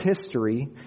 history